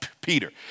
Peter